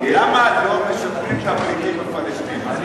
למה לא משקמים את הפליטים הפלסטינים?